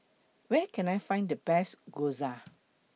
Where Can I Find The Best Gyoza